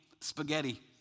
spaghetti